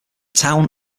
town